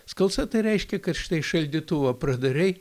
skalsa tai reiškia kad štai šaldytuvą pradarei